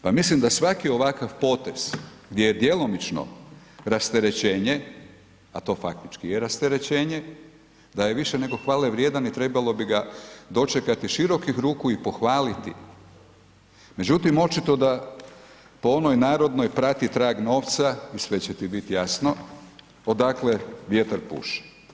Pa mislim da svaki ovakav potez gdje je djelomično rasterećenje a to faktički je rasterećenje, da je više nego hvalevrijedan i trebalo bi ga dočekati širokih ruku i pohvaliti međutim očito da po onoj narodnoj „prati trag novca i sve će ti bit jasno odakle vjetar puše“